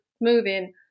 moving